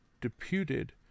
deputed